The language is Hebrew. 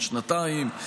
עד שנתיים.